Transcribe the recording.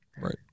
Right